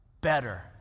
better